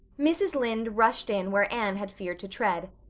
mrs. lynde rushed in where anne had feared to tread.